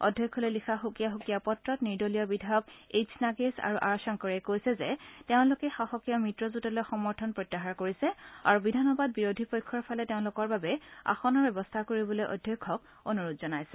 অধ্যক্ষলৈ লিখা সুকীয়া সুকীয়া পত্ৰত নিৰ্দলীয় বিধায়ক এইছ নাগেছ আৰু আৰ শংকৰে কৈছে যে তেওঁলোকে শাসকীয় মিত্ৰজোটলৈ সমৰ্থন প্ৰত্যাহাৰ কৰিছে আৰু বিধানসভাত বিৰোধী পক্ষৰ ফালে তেওঁলোকৰ বাবে আসনৰ ব্যৱস্থা কৰিবলৈ অধ্যক্ষক অনুৰোধ জনাইছে